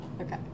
Okay